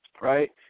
right